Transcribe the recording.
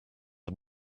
are